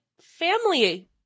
family